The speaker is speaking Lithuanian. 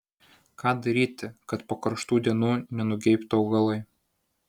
ką daryti kad po karštų dienų nenugeibtų augalai